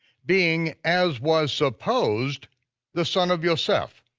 being as was supposed the son of yoseph,